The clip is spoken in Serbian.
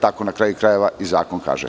Tako, na kraju krajeva, i zakon kaže.